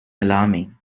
alarming